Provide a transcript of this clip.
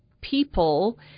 people